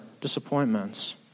disappointments